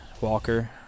walker